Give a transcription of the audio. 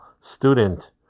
student